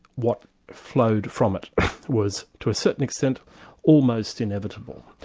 what flowed from it was to a certain extent almost inevitable.